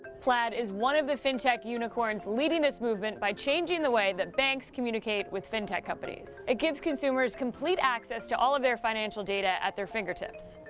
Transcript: plaid is one of the fintech unicorns leading this movement by changing the way that banks communicate with fintech companies. it gives consumers complete access to all of their financial data at their fingertips.